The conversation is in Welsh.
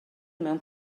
mewn